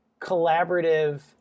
collaborative